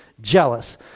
jealous